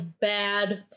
bad